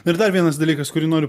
na ir dar vienas dalykas kurį noriu